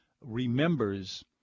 remembers